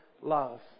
love